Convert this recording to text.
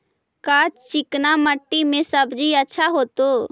का चिकना मट्टी में सब्जी अच्छा होतै?